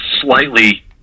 slightly